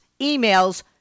emails